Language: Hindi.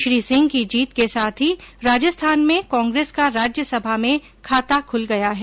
श्री सिंह की जीत के साथ ही राजस्थान में कांग्रेस का राज्यसभा में खाता खुल गया है